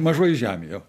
mažoji žemė jo